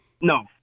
No